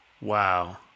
Wow